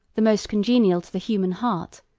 the most congenial to the human heart,